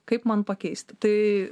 kaip man pakeisti tai